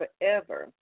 forever